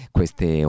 Queste